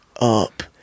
up